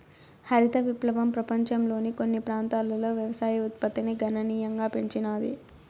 హరిత విప్లవం పపంచంలోని కొన్ని ప్రాంతాలలో వ్యవసాయ ఉత్పత్తిని గణనీయంగా పెంచినాది